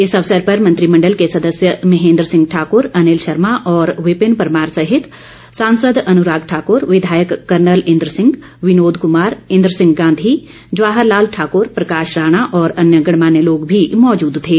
इस अवसर पर मंत्रिमण्डल के सदस्य महेन्द्र सिंह ठाकुर अनिल शर्मा विपिन परमार सहित सांसद अनुराग ठाकुर विधायक कर्नल इंद्र सिंह विनोद कुमार इंद्र सिंह गांधी जवाहर लाल ठाकुर प्रकाश राणा और अन्य गणमान्य लोग भी मौजूद थे